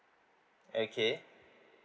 okay